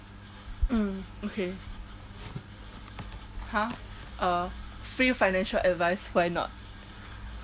mm okay !huh! uh free financial advice why not